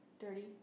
dirty